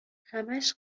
همش